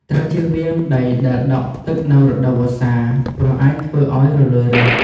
ត្រូវជៀសវាងដីដែលដក់ទឹកនៅរដូវវស្សា ព្រោះអាចធ្វើឲ្យរលួយឫស។